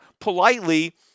politely